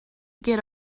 get